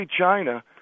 China